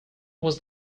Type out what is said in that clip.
was